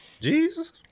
Jesus